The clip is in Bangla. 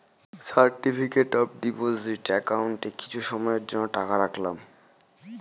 সার্টিফিকেট অফ ডিপোজিট একাউন্টে কিছু সময়ের জন্য টাকা রাখলাম